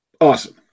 Awesome